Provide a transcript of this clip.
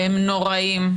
והם נוראים,